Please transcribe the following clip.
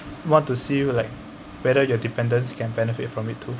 want to see you like whether your dependents can benefit from it too